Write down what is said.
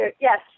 Yes